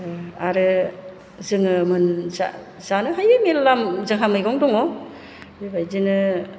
आरो जोङो मोन जानो हायो मेल्ला जोंहा मैगं दङ बेबायदिनो